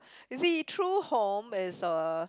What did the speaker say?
you see true home is uh